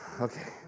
Okay